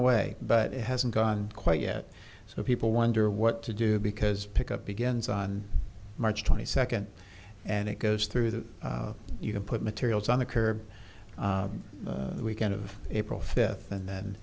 away but it hasn't gone quite yet so people wonder what to do because pick up begins on march twenty second and it goes through that you can put materials on the curb weekend of april fifth and